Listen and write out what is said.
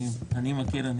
אני מכיר,